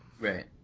Right